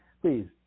please